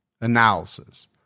analysis